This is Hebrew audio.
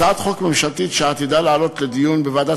הצעת חוק ממשלתית שעתידה לעלות לדיון בוועדת